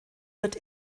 wird